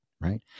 Right